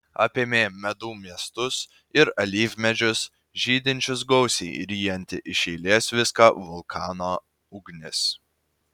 apėmė medų miestus ir alyvmedžius žydinčius gausiai ryjanti iš eilės viską vulkano ugnis